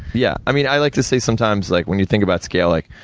yeah. i mean, i like to say sometimes, like when you think about scale, like,